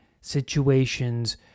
situations